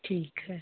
ठीक है